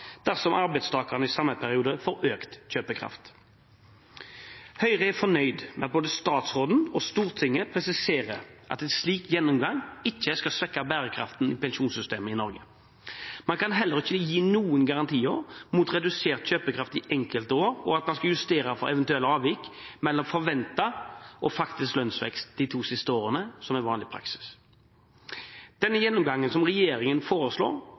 dersom arbeidstakerne i samme periode får økt kjøpekraft. Høyre er fornøyd med at både statsråden og Stortinget presiserer at en slik gjennomgang ikke skal svekke bærekraften i pensjonssystemet i Norge. Man kan heller ikke gi noen garantier mot redusert kjøpekraft i enkelte år og at man skal justere for eventuelle avvik mellom forventet og faktisk lønnsvekst de to siste årene, som er vanlig praksis. Gjennomgangen som regjeringen foreslår,